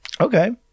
Okay